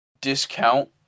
discount